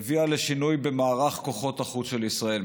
הביאו לשינוי במערך כוחות החוץ של ישראל.